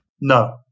No